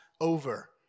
over